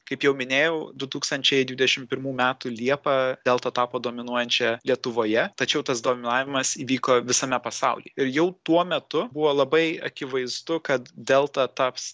kaip jau minėjau du tūkstančiai dvidešim pirmų metų liepą delta tapo dominuojančia lietuvoje tačiau tas dominavimas įvyko visame pasauly ir jau tuo metu buvo labai akivaizdu kad delta taps